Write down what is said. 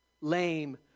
lame